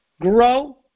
grow